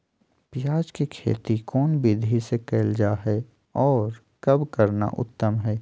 प्याज के खेती कौन विधि से कैल जा है, और कब करना उत्तम है?